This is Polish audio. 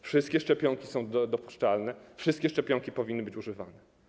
Wszystkie szczepionki są dopuszczalne, wszystkie szczepionki powinny być używane.